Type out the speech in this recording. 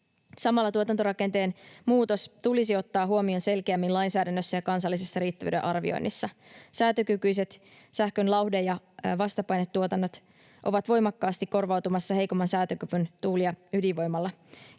Samalla tuotantorakenteen muutos tulisi ottaa huomioon selkeämmin lainsäädännössä ja kansallisessa riittävyyden arvioinnissa. Säätökykyiset sähkön lauhde‑ ja vastapainetuotannot ovat voimakkaasti korvautumassa heikomman säätökyvyn tuuli‑ ja ydinvoimalla.